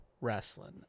wrestling